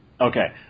Okay